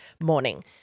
morning